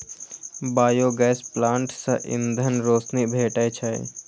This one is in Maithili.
बायोगैस प्लांट सं ईंधन, रोशनी भेटै छै